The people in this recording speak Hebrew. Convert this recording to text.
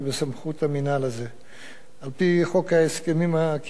על-פי חוק ההסכמים הקיבוציים, סעיף 33 לחוק,